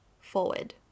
forward